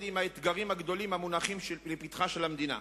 עם האתגרים הגדולים המונחים לפתחה של המדינה.